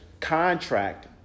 contract